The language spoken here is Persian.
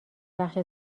بخش